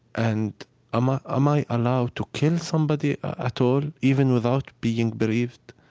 and um ah am i allowed to kill somebody at all, even without being bereaved?